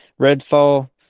Redfall